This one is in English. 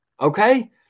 okay